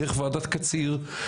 דרך ועדת קציר,